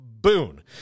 boon